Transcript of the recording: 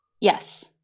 Yes